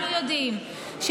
יש